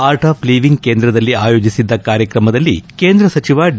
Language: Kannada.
ಆರ್ಟ್ ಆಫ್ ಲಿವೀಂಗ್ ಕೇಂದ್ರದಲ್ಲಿ ಆಯೋಜಿಸಿದ್ದ ಕಾರ್ಯಕ್ರಮದಲ್ಲಿ ಕೇಂದ್ರ ಸಚಿವ ಡಿ